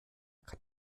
kann